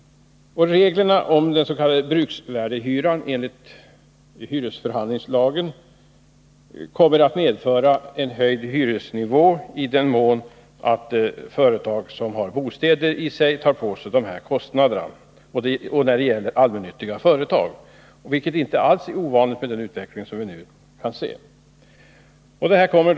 Reglerna om den s.k. bruksvärdeshyran enligt hyresförhandlingslagen kommer att medföra en höjning av hyresnivån i den mån företag som har bostäder tar på sig de här kostnaderna och det gäller allmännyttiga företag, vilket inte alls är ovanligt med den utveckling som vi nu kan iaktta.